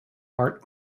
heart